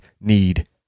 need